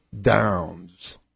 Downs